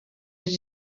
les